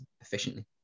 efficiently